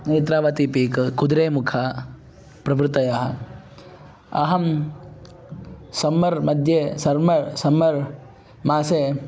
Netravati peak Kudremukh प्रभृतयः अहं summer मध्ये सर्वं सम्मर् मासे